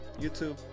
youtube